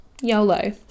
YOLO